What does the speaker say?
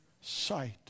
sight